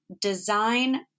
design